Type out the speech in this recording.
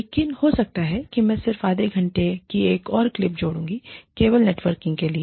लेकिन हो सकता है मैं सिर्फ आधे घंटे की एक और क्लिप जोड़ूंगा केवल नेटवर्किंग के लिए